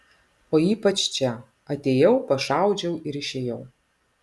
o ypač čia atėjau pašaudžiau ir išėjau